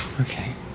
Okay